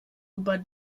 über